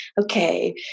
okay